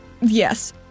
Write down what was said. yes